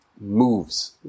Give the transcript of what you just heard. moves